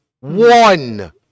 One